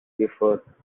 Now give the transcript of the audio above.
before